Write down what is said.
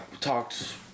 talked